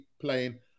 playing